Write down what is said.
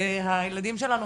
זה הילדים שלנו,